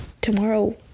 tomorrow